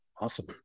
Awesome